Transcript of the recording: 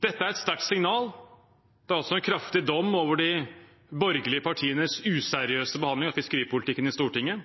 Dette er et sterkt signal. Det er også en kraftig dom over de borgerlige partienes useriøse behandling av fiskeripolitikken i Stortinget.